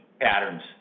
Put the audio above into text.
patterns